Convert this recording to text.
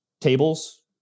tables